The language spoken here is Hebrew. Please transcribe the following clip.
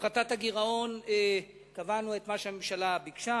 הפחתת הגירעון, קבענו את מה שהממשלה ביקשה.